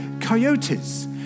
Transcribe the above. coyotes